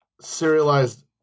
serialized